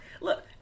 look